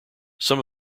some